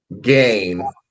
gain